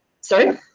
Sorry